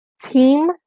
team